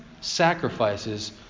sacrifices